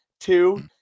Two